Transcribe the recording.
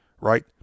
right